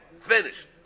finished